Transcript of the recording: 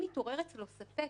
אם מתעורר אצלו ספק,